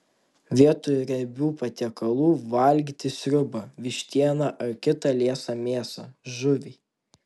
vietoj riebių patiekalų valgyti sriubą vištieną ar kitą liesą mėsą žuvį